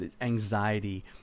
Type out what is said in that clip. anxiety